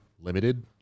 limited